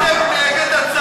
אין דבר כזה.